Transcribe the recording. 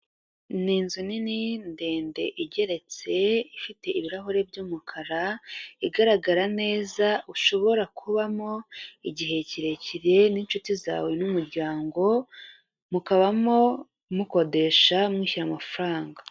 Ni inzu nini ndende igeretse ifite ibirahuri by'umukara igaragara neza ushobora kubamo igihe kirekire n'inshuti zawe n'umuryango, mukabamo mukodesha mwishyura amafaranga.